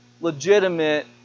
legitimate